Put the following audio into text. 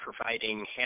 providing